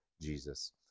Jesus